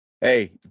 Hey